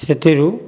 ସେଥିରୁ